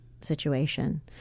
situation